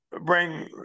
bring